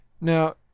Now